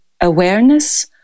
awareness